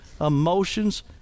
emotions